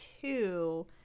two